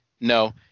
No